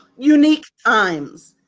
unique times.